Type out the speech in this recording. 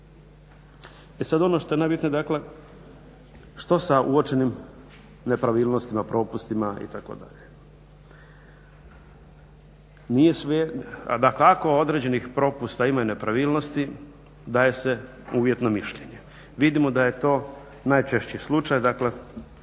E sad ono što je najbitnije, dakle što sa uočenim nepravilnostima, propustima itd.? Nije svejedno, a dakako određenih propusta ima i nepravilnosti, daje se uvjetno mišljenje. Vidimo da je to najčešći slučaj,